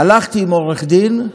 הלכתי עם עורך דין,